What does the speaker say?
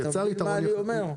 אתה מבין את מה שאני אומר?